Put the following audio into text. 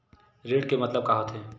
ऋण के मतलब का होथे?